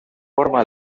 forma